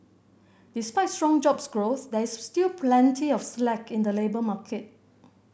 despite strong jobs growth there is still plenty of slack in the labour market